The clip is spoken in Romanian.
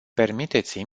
permiteți